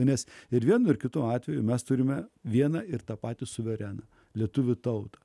nes ir vienu ir kitu atveju mes turime vieną ir tą patį suvereną lietuvių tautą